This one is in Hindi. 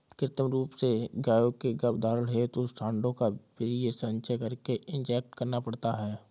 कृत्रिम रूप से गायों के गर्भधारण हेतु साँडों का वीर्य संचय करके इंजेक्ट करना पड़ता है